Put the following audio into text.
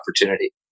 opportunity